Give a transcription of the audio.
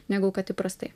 negu kad įprastai